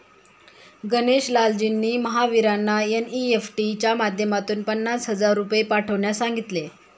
गणेश लालजींनी महावीरांना एन.ई.एफ.टी च्या माध्यमातून पन्नास हजार रुपये पाठवण्यास सांगितले